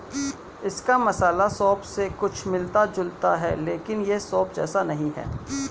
इसका मसाला सौंफ से कुछ मिलता जुलता है लेकिन यह सौंफ जैसा नहीं है